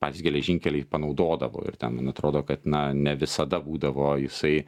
patys geležinkeliai panaudodavo ir ten man atrodo kad na ne visada būdavo jisai